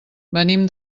venim